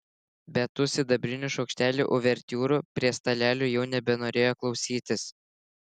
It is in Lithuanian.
bet tų sidabrinių šaukštelių uvertiūrų prie stalelių jau nebenorėjo klausytis